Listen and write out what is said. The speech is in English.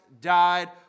died